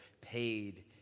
paid